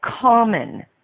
common